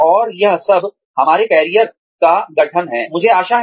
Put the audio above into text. और यह सब हमारे करियर का गठन है